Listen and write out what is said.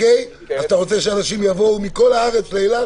אתה רוצה שאנשים יבואו מכל הארץ לאילת?